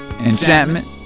Enchantment